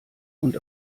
und